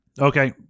Okay